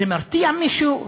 זה מרתיע מישהו?